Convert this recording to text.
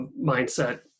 mindset